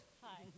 Hi